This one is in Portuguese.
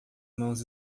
mãos